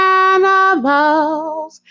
animals